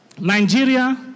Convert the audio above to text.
Nigeria